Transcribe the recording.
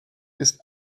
ist